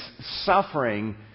suffering